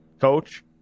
coach